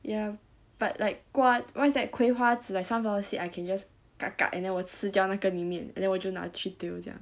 ya but like 瓜 what is that 葵花籽 like sunflower seed I can just and then 我吃掉那个里面 and then 我就拿去丢掉